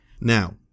now